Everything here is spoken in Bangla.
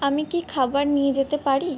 আমি কি খাবার নিয়ে যেতে পারি